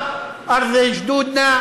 הגבולות,